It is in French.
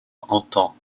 entend